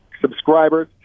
subscribers